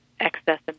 Excess